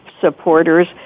supporters